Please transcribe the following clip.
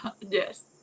Yes